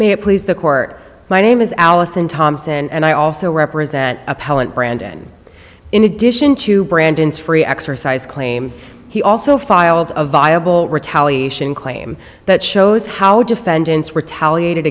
a please the court my name is allison thomas and i also represent appellant brandon in addition to brandon's free exercise claim he also filed a viable retaliation claim that shows how defendants retaliated